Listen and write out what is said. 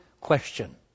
question